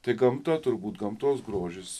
tai gamta turbūt gamtos grožis